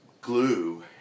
glue